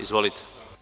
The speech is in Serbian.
Izvolite.